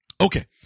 Okay